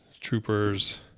troopers